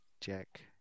Jack